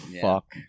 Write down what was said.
fuck